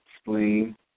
spleen